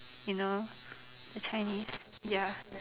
you know the Chinese ya